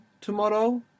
tomorrow